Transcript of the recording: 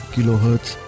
Kilohertz